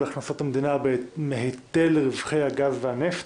הכנסות המדינה מהיטל רווחי הגז והנפט.